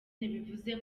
ntibivuze